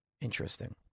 Interesting